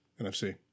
NFC